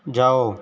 जाओ